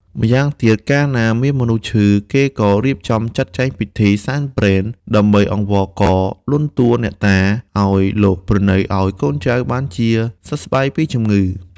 ម្យ៉ាងទៀត កាលណាមានមនុស្សឈឺ គេក៏រៀបចំចាត់ចែងពិធីសែនព្រេន ដើម្បីអង្វរករ លន់តួអ្នកតា ឱ្យលោកប្រណីឲ្យកូនចៅបានសះស្បើយពីជំងឺ។